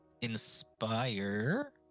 Inspire